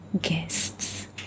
guests